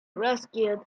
rescued